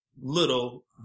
little